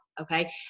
okay